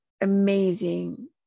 amazing